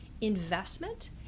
investment